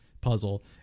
puzzle